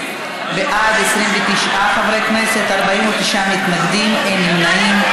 בעד, 29 חברי כנסת, 49 מתנגדים ואין נמנעים.